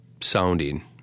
sounding